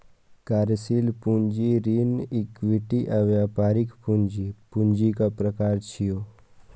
कार्यशील पूंजी, ऋण, इक्विटी आ व्यापारिक पूंजी पूंजीक प्रकार छियै